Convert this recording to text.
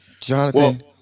Jonathan